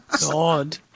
god